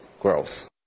growth